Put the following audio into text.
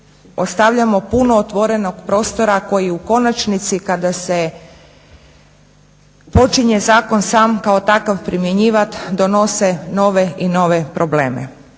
ostavljamo puno otvorenog prostora koji u konačnici kada se počinje zakon sam kao takav primjenjivati donose novi i nove probleme.